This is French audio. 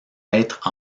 être